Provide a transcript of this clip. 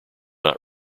not